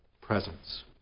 presence